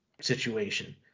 situation